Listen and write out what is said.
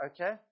Okay